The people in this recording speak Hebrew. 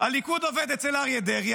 הליכוד עובד אצל אריה דרעי,